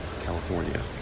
California